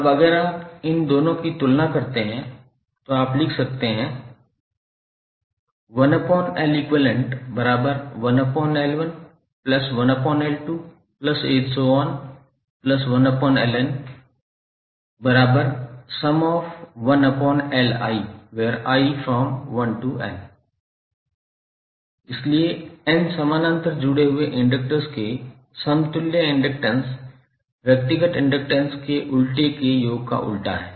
अब अगर आप इन दोनों की तुलना करते हैं तो आप लिख सकते हैं इसलिए n समानांतर जुड़े हुए इंडकटर्स के समतुल्य इंडक्टैंस व्यक्तिगत इंडक्टैंस के उल्टे का योग का उल्टा है